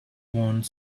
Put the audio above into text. want